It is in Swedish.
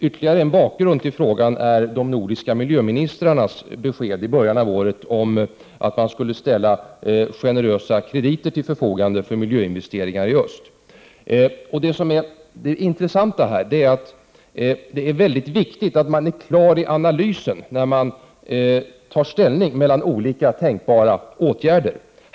Ytterligare en bakgrund till frågan är de nordiska miljöministrarnas besked i början av året om att man skulle ställa generösa krediter till förfogande för miljöinvesteringar i öst. Det intressanta är att man skall vara väldigt klar i analysen när man tar ställning till olika tänkbara åtgärder.